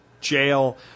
jail